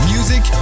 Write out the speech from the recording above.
Music